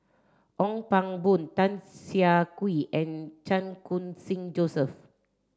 Ong Pang Boon Tan Siah Kwee and Chan Khun Sing Joseph